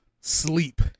sleep